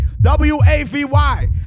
W-A-V-Y